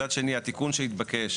מצד שני, התיקון שהתבקש